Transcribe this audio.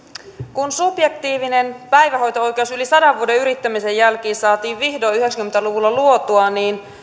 kun subjektiivinen päivähoito oikeus yli sadan vuoden yrittämisen jälkeen saatiin vihdoin yhdeksänkymmentä luvulla luotua